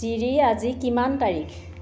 চিৰি আজি কিমান তাৰিখ